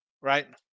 right